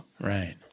Right